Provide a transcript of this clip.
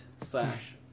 slash